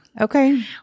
Okay